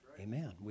Amen